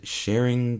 sharing